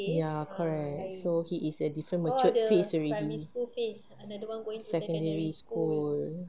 ya correct so he is a different mature phase already secondary school